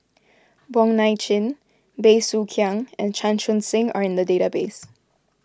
Wong Nai Chin Bey Soo Khiang and Chan Chun Sing are in the database